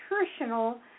nutritional